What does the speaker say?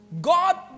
God